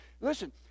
Listen